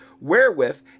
Wherewith